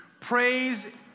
Praise